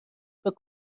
فکر